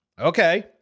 Okay